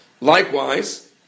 likewise